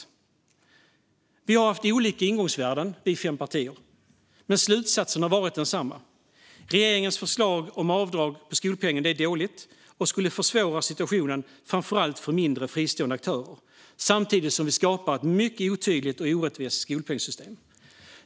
Vi fem partier har haft olika ingångsvärden, men slutsatsen har varit densamma: Regeringens förslag om avdrag på skolpengen är dåligt och skulle försvåra situationen framför allt för fristående mindre aktörer samtidigt som det skulle skapa ett mycket otydligt och orättvist skolpengssystem.